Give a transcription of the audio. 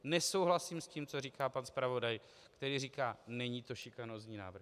Nesouhlasím s tím, co říká pan zpravodaj, který říká, že to není šikanózní návrh.